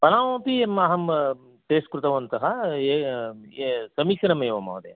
पणमपि महं टेस्ट् कृतवन्तः ये ये समीचीनमेव महोदय